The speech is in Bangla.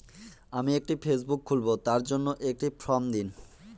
আমি একটি ফেসবুক খুলব তার জন্য একটি ফ্রম দিন?